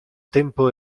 tempo